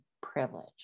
privilege